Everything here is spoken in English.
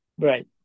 Right